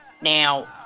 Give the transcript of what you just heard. Now